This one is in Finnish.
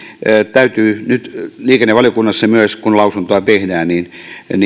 täytyy nyt myös kun liikennevaliokunnassa lausuntoa tehdään